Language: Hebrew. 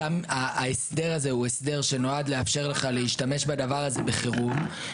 ההסדר הזה נועד לאפשר לך להשתמש בדבר הזה בחירום.